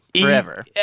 forever